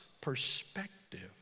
perspective